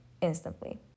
instantly